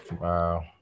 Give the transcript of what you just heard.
wow